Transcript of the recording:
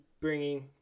bringing